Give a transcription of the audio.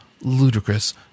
ludicrous